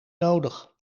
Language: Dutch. nodig